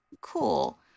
cool